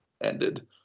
ended